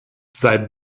seit